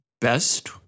best